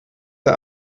der